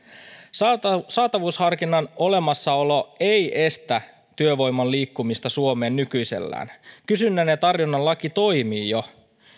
työttömät töihin saatavuusharkinnan olemassaolo ei estä työvoiman liikkumista suomeen nykyisellään kysynnän ja tarjonnan laki toimii jo